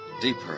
Deeper